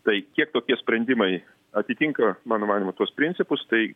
tai kiek tokie sprendimai atitinka mano manymu tuos principus tai